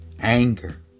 Anger